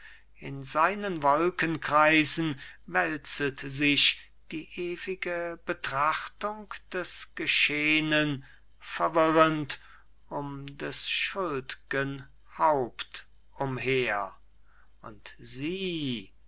in seinen wolkenkreisen wälzet sich die ewige betrachtung des geschehnen verwirrend um des schuld'gen haupt umher und sie